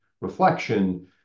reflection